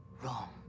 ...wrong